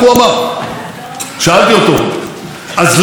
שאלתי אותו: אז למה,